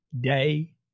day